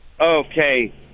Okay